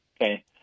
okay